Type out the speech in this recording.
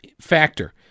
factor